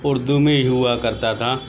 اردو میں ہی ہوا کرتا تھا